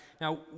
Now